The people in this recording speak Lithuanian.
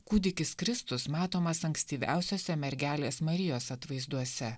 kūdikis kristus matomas ankstyviausiuose mergelės marijos atvaizduose